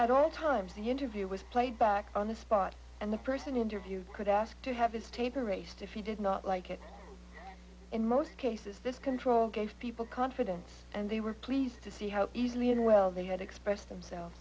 at all times the interview was played back on the spot and the person interviewed could ask to have his tape or raced if he did not like it in most cases this control gave people confidence and they were pleased to see how easily and well they had expressed themselves